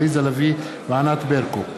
עליזה לביא וענת ברקו,